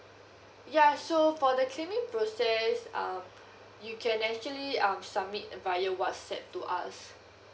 ya so for the claiming process um you can actually um submit via you whatsapp to us